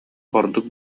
ордук